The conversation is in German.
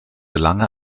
lange